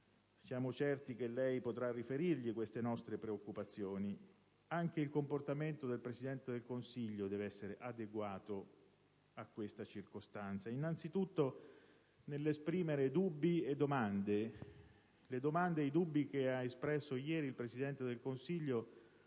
siamo certi che lei potrà riferirgli queste nostre preoccupazioni. Anche il comportamento del Presidente del Consiglio deve essere adeguato a questa circostanza, innanzitutto nell'esprimere dubbi e domande. Le domande e i dubbi che ha espresso ieri il Presidente del Consiglio